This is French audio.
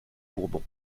bourbons